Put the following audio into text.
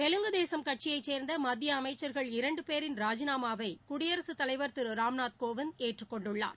தெலுங்கு தேசும் கட்சியைச் சேர்ந்த மத்திய அமைச்சர்கள் இரண்டு பேரின் ராஜிநாமாவை குடியரசுத் தலைவர் திரு ராம்நாத் கோவிந்த் ஏற்றுக் கொண்டுள்ளார்